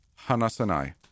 Hanasanai